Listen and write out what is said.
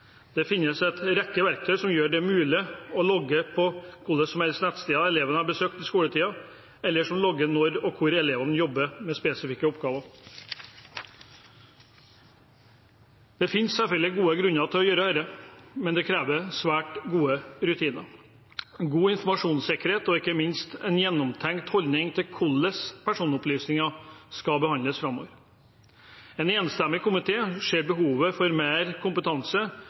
Det finnes også en rekke verktøy som gjør det mulig å logge hvilke nettsteder elevene har besøkt i skoletiden, eller som logger når og hvor lenge elevene jobber med spesifikke oppgaver. Det finnes selvfølgelig gode grunner til å gjøre dette, men det krever svært gode rutiner, god informasjonssikkerhet og ikke minst en gjennomtenkt holdning til hvordan personopplysninger skal behandles framover. En enstemmig komité ser behovet for mer kompetanse